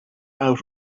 out